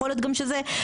יכול להיות גם שזה נכון,